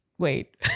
Wait